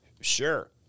Sure